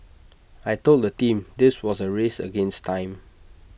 I Told the team this was A race against time